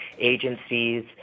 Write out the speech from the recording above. agencies